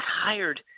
hired –